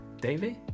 David